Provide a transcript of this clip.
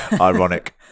ironic